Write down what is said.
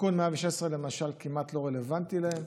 תיקון 116, למשל, כמעט לא רלוונטי להם.